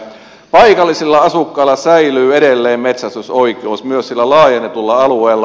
paikallisilla asukkailla säilyy edelleen metsästysoikeus myös sillä laajennetulla alueella